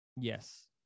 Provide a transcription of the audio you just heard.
Yes